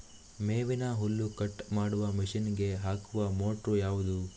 ಮೇವಿನ ಹುಲ್ಲು ಕಟ್ ಮಾಡುವ ಮಷೀನ್ ಗೆ ಹಾಕುವ ಮೋಟ್ರು ಯಾವುದು?